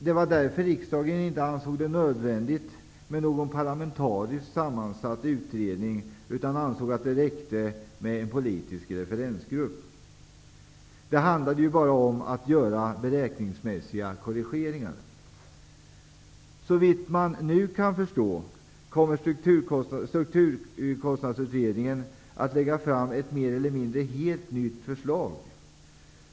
Det var därför riksdagen inte ansåg det nödvändigt med någon parlamentariskt sammansatt utredning utan att det räckte med en politisk referensgrupp. Det handlade ju bara om att göra beräkningsmässiga korrigeringar. Såvitt man nu kan förstå kommer Strukturkostnadsutredningen att lägga fram ett mer eller mindre helt nytt förslag.